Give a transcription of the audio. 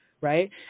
right